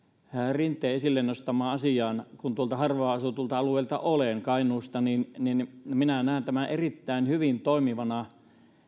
rinteen esille nostamaan asiaan kun tuolta harvaan asutulta alueelta olen kainuusta minä näen tämän siellä erittäin hyvin toimivana